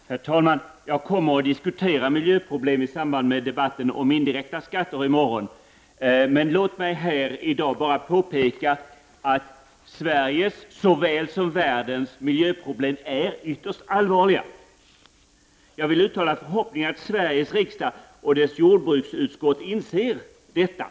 Herr talman! Jag kommer att diskutera miljöproblemen i samband med debatten om indirekta skatter i morgon. Men låt mig i dag bara påpeka att Sveriges såväl som världens miljöproblem är ytterst allvarliga. Jag vill uttala förhoppningen att Sveriges riksdag och dess jordbruksutskott inser detta.